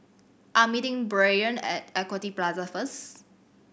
I'm meeting Brayden at Equity Plaza first